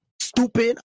Stupid